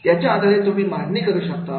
याच्या आधारे तुम्ही मांडणी करू शकता